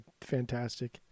fantastic